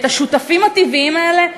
את השותפים הטבעיים האלה,